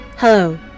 Hello